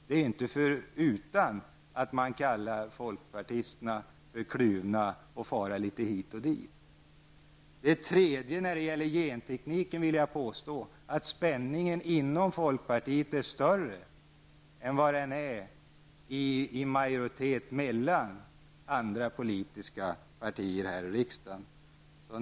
Det är inte förutan att man beskyller folkpartisterna för att vara kluvna och fara litet hit och dit. När det gäller för det tredje gentekniken vill jag påstå att spänningen inom folkpartiet är större än vad den är mellan andra politiska partier här i riksdagen.